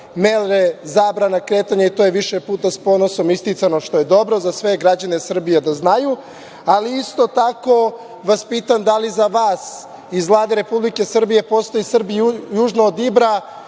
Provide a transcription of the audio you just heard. mere zabrane kretanja i to je više puta s ponosom isticano, što je dobro za sve građane Srbije da znaju, ali isto tako vas pitam da li za vas iz Vlade Republike Srbije postoje Srbi južno od Ibra?